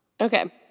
okay